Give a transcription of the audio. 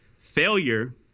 failure